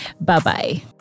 bye-bye